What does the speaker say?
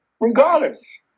regardless